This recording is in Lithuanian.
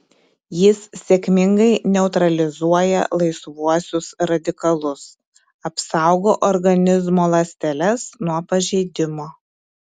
jis sėkmingai neutralizuoja laisvuosius radikalus apsaugo organizmo ląsteles nuo pažeidimo